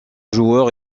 joueur